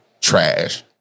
trash